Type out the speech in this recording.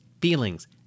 feelings